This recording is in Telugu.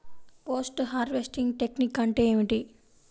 పోస్ట్ హార్వెస్టింగ్ టెక్నిక్ అంటే ఏమిటీ?